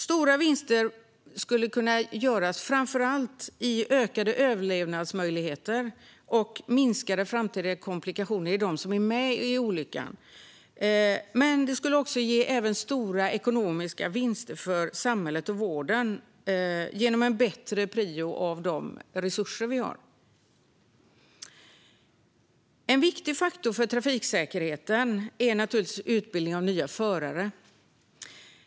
Stora vinster skulle kunna göras framför allt i ökade överlevnadsmöjligheter och minskade framtida komplikationer för dem som är med i olyckan, men det skulle även ge stora ekonomiska vinster för samhället och vården genom en bättre prioritering av de resurser vi har. En viktig faktor för trafiksäkerheten är naturligtvis utbildning av nya förare.